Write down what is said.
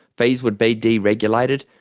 fees would be deregulated,